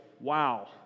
wow